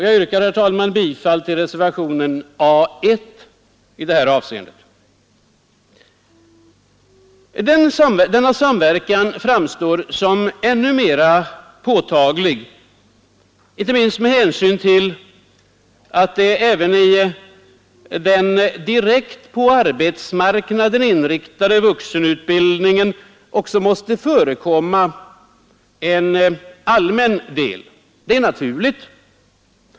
Jag yrkar, herr talman, bifall till reservationen A 1i detta avseende. Denna samverkan framstår som ännu mera påtaglig inte minst med hänsyn till att det även i den direkt på arbetsmarknaden inriktade vuxenutbildningen måste förekomma en allmän del. Detta är naturligt.